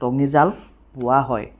টঙী জাল বোৱা হয়